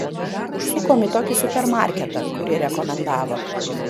užsukom į tokį supermarketą kurį rekomendavo